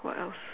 what else